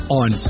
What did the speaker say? on